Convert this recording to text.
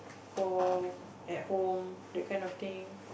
for at home that kind of thing